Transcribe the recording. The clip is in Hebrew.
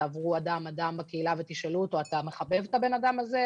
תעברו אדם-אדם בקהילה ותשאלו אותו אתה מחבב את הבן אדם הזה?